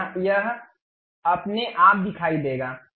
फिर यह अपने आप दिखाई देगा